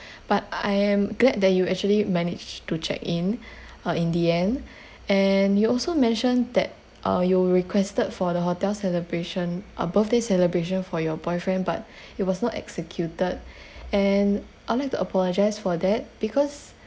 but I am glad that you actually managed to check in uh in the end and you also mentioned that uh you requested for the hotel's celebration uh birthday celebration for your boyfriend but it was not executed and I'd like to apologise for that because